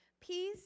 Peace